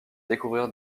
découvrir